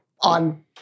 on